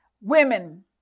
women